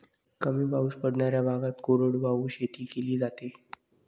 कमी पाऊस पडणाऱ्या भागात कोरडवाहू शेती केली जाते